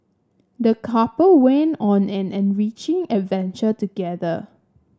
the couple went on an enriching adventure together